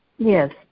Yes